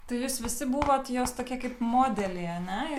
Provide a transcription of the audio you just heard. tai jūs visi buvot jos tokie kaip modeliai ane